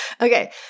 Okay